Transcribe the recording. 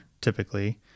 typically